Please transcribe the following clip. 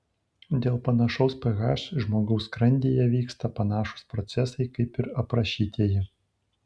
dėl panašaus ph žmogaus skrandyje vyksta panašūs procesai kaip ir aprašytieji